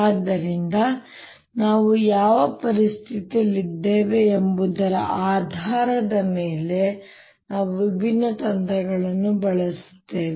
ಆದ್ದರಿಂದ ನಾವು ಯಾವ ಪರಿಸ್ಥಿತಿಯಲ್ಲಿದ್ದೇವೆ ಎಂಬುದರ ಆಧಾರದ ಮೇಲೆ ನಾವು ವಿಭಿನ್ನ ತಂತ್ರಗಳನ್ನು ಬಳಸುತ್ತೇವೆ